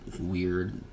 weird